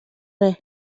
res